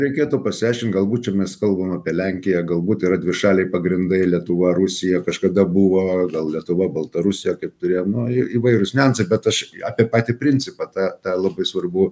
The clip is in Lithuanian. reikėtų pasiaiškint galbūt čia mes kalbam apie lenkiją galbūt yra dvišaliai pagrindai lietuva rusija kažkada buvo gal lietuva baltarusija kaip turėjom na įvairūs niuansai bet aš apie patį principą tą tą labai svarbu